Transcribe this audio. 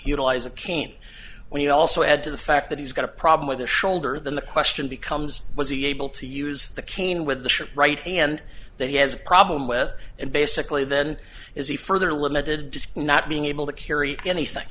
utilize a cane when you also add to the fact that he's got a problem with the shoulder then the question becomes was he able to use the cane with the ship right and that he has a problem with and basically then is he further limited to not being able to carry anything